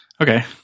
Okay